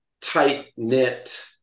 tight-knit